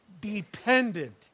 dependent